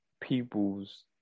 people's